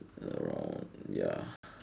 wrong ya